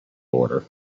order